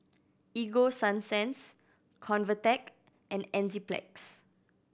Ego Sunsense Convatec and Enzyplex